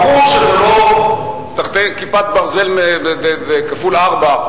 ברור שזה לא "כיפת ברזל" כפול 4,